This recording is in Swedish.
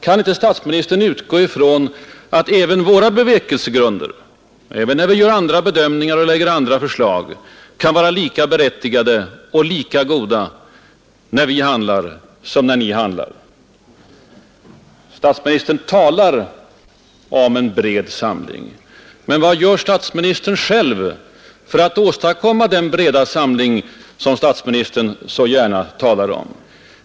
Kan inte statsministern utgå från att bevekelsegrunderna — även när vi gör andra bedömningar och framlägger andra förslag än regeringen — kan vara lika berättigade och lika goda som Edra? Statsministern talar om behovet av ”bred samling”. Men vad gör statsministern själv för att åstadkomma den breda samling som statsministern så gärna talar om?